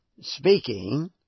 speaking